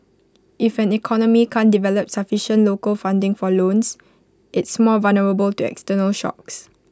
if an economy can't develop sufficient local funding for loans it's more vulnerable to external shocks